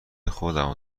خودمو